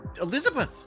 Elizabeth